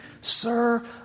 Sir